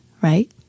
right